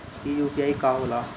ई यू.पी.आई का होला?